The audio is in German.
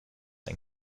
ein